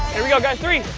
here we go, guys. three,